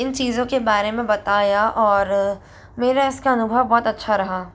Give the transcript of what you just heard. इन चीज़ों के बारे में बताया और मेरा इसका अनुभव बहुत अच्छा रहा